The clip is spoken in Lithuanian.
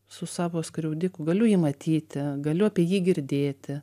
su savo skriaudiku galiu jį matyti galiu apie jį girdėti